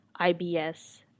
IBS